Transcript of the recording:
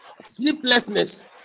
sleeplessness